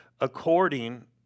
according